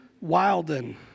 Wilden